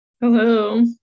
Hello